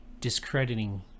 discrediting